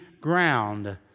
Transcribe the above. ground